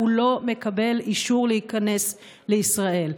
הוא לא מקבל אישור להיכנס לישראל.